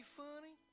funny